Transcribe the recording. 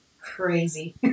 crazy